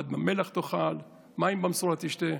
פת במלח תאכל, מים במשורה תשתה"